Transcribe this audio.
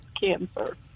cancer